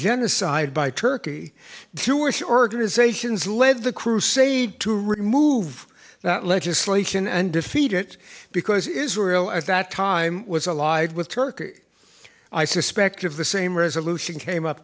genocide by turkey tuition organizations led the crusade to remove that legislation and defeat it because israel at that time was allied with turkey i suspect of the same resolution came up